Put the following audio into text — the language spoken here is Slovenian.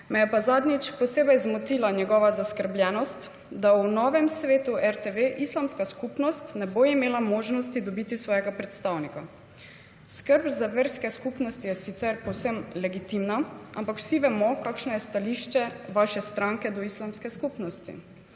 Me je pa zadnjič posebej zmotila njegova zaskrbljenost, da v novem svetu RTV islamska skupnost ne bo imela možnosti dobiti svojega predstavnika. Skrb za verske skupnosti je sicer povsem legitimna, ampak vsi vemo, kakšno je stališče vaše stranke do islamske skupnosti.